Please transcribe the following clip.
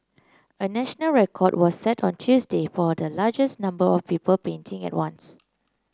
a national record was set on Tuesday for the largest number of people painting at once